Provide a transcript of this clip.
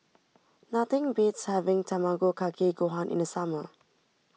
nothing beats having Tamago Kake Gohan in the summer